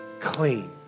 clean